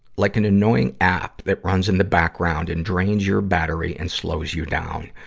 like an annoying app that runs in the background and drains your battery and slows you down.